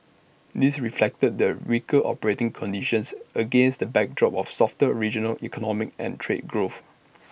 this reflected the weaker operating conditions against the backdrop of softer regional economic and trade growth